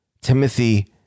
Timothy